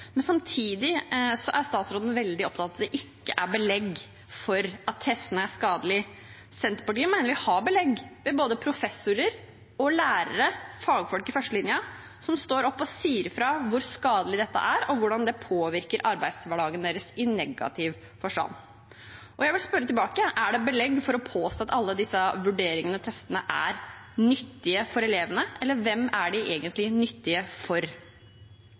men samtidig er statsråden veldig opptatt av at det ikke er belegg for at testene er skadelige. Senterpartiet mener vi har belegg. Det er både professorer og lærere, fagfolk i førstelinja, som står opp og sier fra om hvor skadelig dette er for elevene, og hvordan det påvirker arbeidshverdagen deres i negativ forstand. Jeg vil spørre tilbake: Er det belegg for å påstå at alle disse vurderingene og testene er nyttige for elevene? Eller hvem er de egentlig nyttige for?